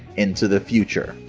into the future!